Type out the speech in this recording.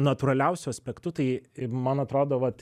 natūraliausiu aspektu tai man atrodo vat